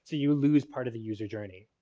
so you lose part of the user journey.